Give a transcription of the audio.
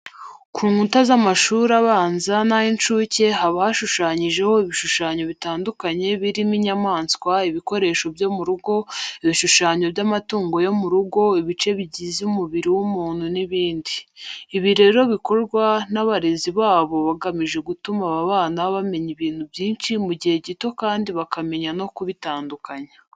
Ku nkuta z'amashuri abanza n'ay'incuke haba hashushanyijeho ibishushanyo bitandukanye birimo inyamaswa, ibikoresho byo mu rugo, ibishushanyo by'amatungo yo mu rugo, ibice bigize umubiri w'umuntu n'ibindi. Ibi rero bikorwa n'abarezi babo bagamije gutuma aba bana bamenya ibintu byinshi mu gihe gito kandi bakamenya no kubitandukanya.